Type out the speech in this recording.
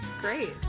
Great